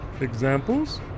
Examples